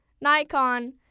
Nikon